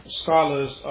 scholars